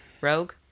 rogue